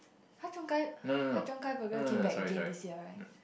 Ha-Cheong-Gai Ha-Cheong-Gai burger came back again this year right